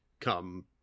come